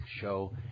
show